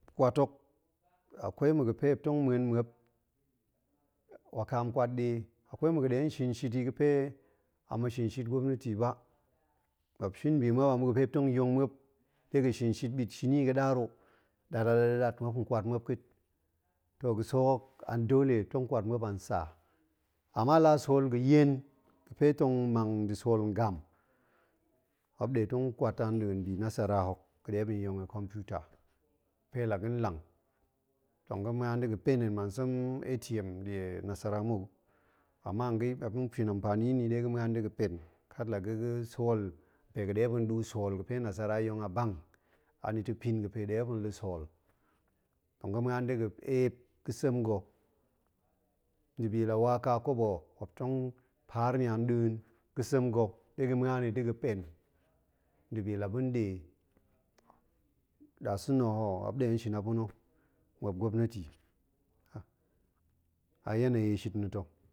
Kwat hok, akwai ma̱ ga̱ fe tong ma̱en muop, wakam kwat ɗe, akwai ma̱ ga̱ ɗe shin shit i ga̱ fe a ma̱ shin shit gwapnati ba, muop shin bi muop a de ɗe muop yong muop de ga̱n shin shit ɓit shini, ga̱ɗaar o, muop kwat muop ka̱a̱t. to ga̱sek hok a dole muop tong kwat muop an saa. ama la sool ga̱ yen ga̱ fe tong mang sool ngam, muop ɗe tong kwat an nɗin bi nasara hok ga̱ ɗe muop hong i computer pe la ga̱ lang, tong ga̱ ma̱an da̱ ga̱ pen, hen man sem atm nɗie nasara mou, ama nga̱, muop tong shin amfani ni ɗe ga̱ ma̱an i da̱ ga̱ pen kat la ga̱-ga̱ sool npe ga̱ ɗe muop tong ɗu sool ga̱ fe nasara yong a bank, anita̱ pin pe ga̱ ɗe muop la̱ sool. la ga̱ ma̱an da̱ ga̱ eep ga̱ sem ga̱, dibi la waƙa kobo o, muop tong paar ni a nɗin ga̱ sem ga̱ ɗe ga̱ ma̱an ni da̱ ga̱ pen, dibi la ba̱n ɗe. nasa̱na̱ ho, muop ɗe shin i a pa̱na̱ muop gwapnati, a yanayi shit na̱ ta̱